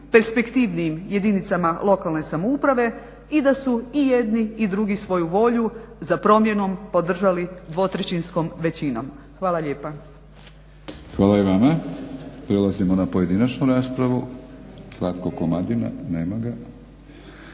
perspektivnijim jedinicama lokalne samouprave i da su i jedni i drugi svoju volju za promjenom podržali dvotrećinskom većinom. Hvala lijepa. **Batinić, Milorad (HNS)** Hvala i vama. Prelazimo na pojedinačnu raspravu, Zlatko Komadina. Nema ga.